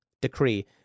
decree